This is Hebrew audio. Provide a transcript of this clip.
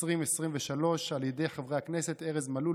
2023 על ידי חברי הכנסת ארז מלול,